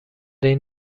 این